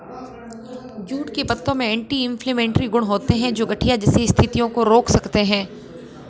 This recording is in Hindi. जूट के पत्तों में एंटी इंफ्लेमेटरी गुण होते हैं, जो गठिया जैसी स्थितियों को रोक सकते हैं